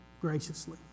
graciously